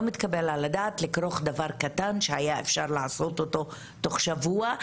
לא מתקבל על הדעת לכרוך דבר קטן שהיה אפשר לעשות אותו תוך שבוע,